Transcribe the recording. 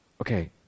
Okay